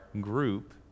group